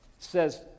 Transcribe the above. says